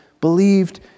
believed